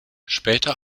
später